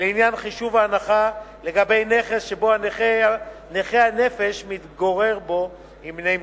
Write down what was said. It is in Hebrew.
לעניין חישוב ההנחה לגבי נכס שבו נכה הנפש מתגורר בו עם בני משפחתו.